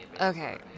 Okay